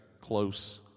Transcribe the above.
close